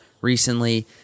recently